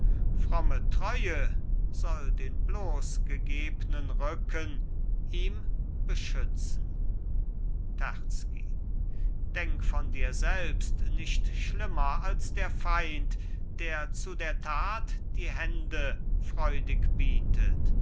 treue soll den bloßgegebnen rücken ihm beschützen terzky denk von dir selbst nicht schlimmer als der feind der zu der tat die hände freudig bietet